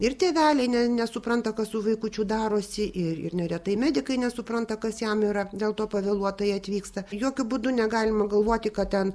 ir tėveliai ne nesupranta kas su vaikučiu darosi ir ir neretai medikai nesupranta kas jam yra dėl to pavėluotai atvyksta jokiu būdu negalima galvoti kad ten